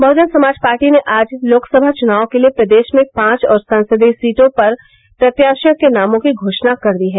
बहुजन समाज पार्टी ने आज लोकसभा चुनाव के लिये प्रदेश में पांच और संसदीय सीटों पर प्रत्याशियों के नामों की घोषणा कर दी है